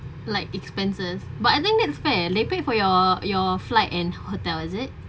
like expenses but I think that's fair they paid for your your flight and hotel is it